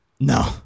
No